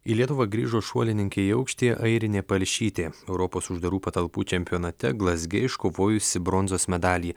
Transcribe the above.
į lietuvą grįžo šuolininkė į aukštį airinė palšytė europos uždarų patalpų čempionate glazge iškovojusi bronzos medalį